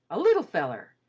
a little feller.